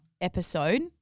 episode